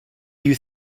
you